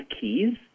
keys